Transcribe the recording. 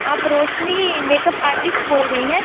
आप Roshni makeup artist बोल रही हैं